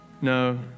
no